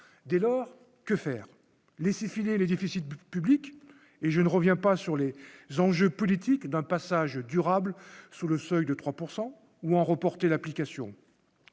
dès lors que faire, laisser filer les déficits publics et je ne reviens pas sur les enjeux politiques d'un passage durable sous le seuil de 3 pourcent ou en reporter l'application,